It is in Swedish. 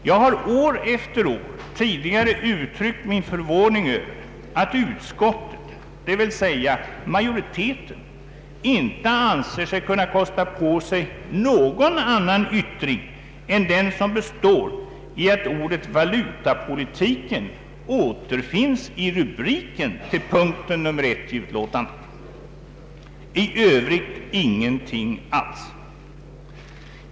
Jag har år efter år tidigare uttryckt min förvåning över att utskottet, d.v.s. majoriteten, inte anser sig kunna kosta på sig någon annan yttring än den som består i att ordet valutapolitiken återfinns i rubriken till punkten 1 i utlåtandet; i övrigt ingenting alls.